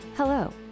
Hello